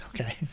Okay